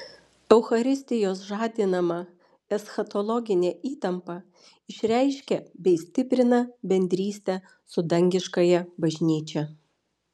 eucharistijos žadinama eschatologinė įtampa išreiškia bei stiprina bendrystę su dangiškąja bažnyčia